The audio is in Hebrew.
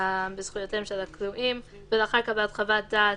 בזכויותיהם של הכלואים ולאחר קבלת חוות דעת,